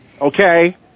Okay